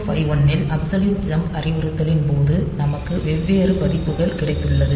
8051 இல் absolute jump அறிவுறுத்தலின் போது நமக்கு வெவ்வேறு பதிப்புகள் கிடைத்துள்ளது